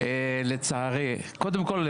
קודם כל,